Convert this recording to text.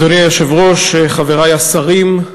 אדוני היושב-ראש, חברי השרים,